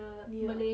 near